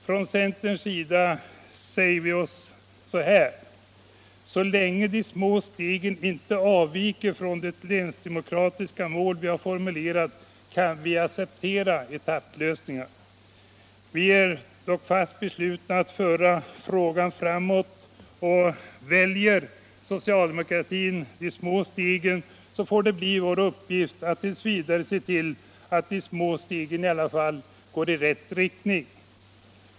Från centerns sida har vi sagt oss att så länge de små stegen inte avviker från det länsdemokratiska mål vi har formulerat kan vi acceptera etapplösningar. Vi är fast beslutna att föra denna fråga framåt, och väljer socialdemokratin de små stegen, så får vår uppgift bli att se till att de små stegen går i rätt riktning.